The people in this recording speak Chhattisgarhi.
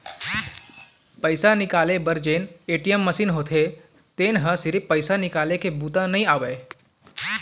पइसा निकाले बर जेन ए.टी.एम मसीन होथे तेन ह सिरिफ पइसा निकाले के बूता नइ आवय